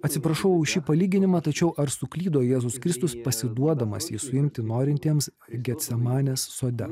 atsiprašau už šį palyginimą tačiau ar suklydo jėzus kristus pasiduodamas jį suimti norintiems gecemanės sode